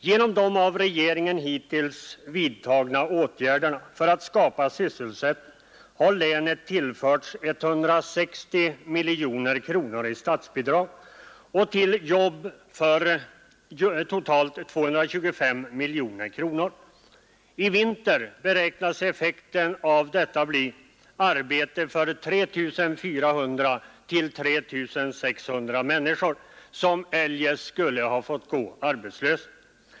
Genom de av regeringen hittills vidtagna åtgärderna för att skapa sysselsättning har länet tillförts 160 miljoner kronor i statsbidrag till jobb för totalt 225 miljoner kronor. I vinter beräknas effekten av detta bl: arbete för 3 400—3 600 människor, som eljest skulle ha fått gå arbetslösa.